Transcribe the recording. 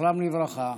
זכרם לברכה,